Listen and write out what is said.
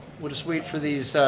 we'll just wait for these,